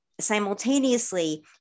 simultaneously